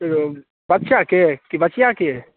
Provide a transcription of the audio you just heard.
मूड़न बच्चाके कि बचिआके